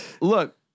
Look